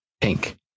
pink